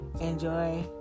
Enjoy